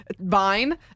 vine